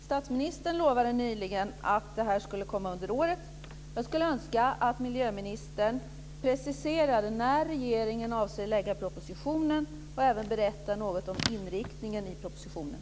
Statsministern lovade nyligen att förslaget skulle komma under året. Jag skulle önska att miljöministern preciserade när regeringen avser att lägga fram propositionen och även berätta något om inriktningen i propositionen.